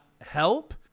help